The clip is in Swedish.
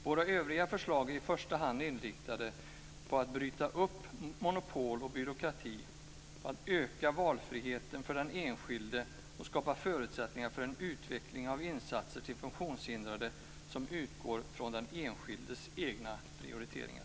Våra övriga förslag är i första hand inriktade på att bryta upp monopol och byråkrati, öka valfriheten för den enskilde och skapa förutsättningar för en utveckling av insatser till funktionshindrade som utgår från den enskildes egna prioriteringar.